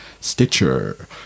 Stitcher